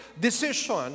decision